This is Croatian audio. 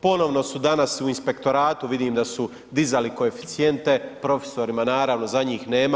Ponovno su danas u inspektoratu vidim da su dizali koeficijente profesorima naravno za njih nema.